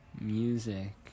music